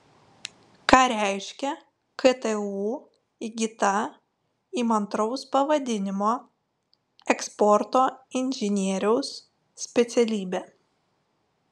ką reiškia ktu įgyta įmantraus pavadinimo eksporto inžinieriaus specialybė